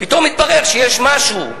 פתאום התברר שיש משהו,